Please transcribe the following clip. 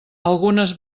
algunes